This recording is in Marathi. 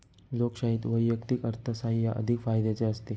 लोकशाहीत वैयक्तिक अर्थसाहाय्य अधिक फायद्याचे असते